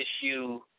issue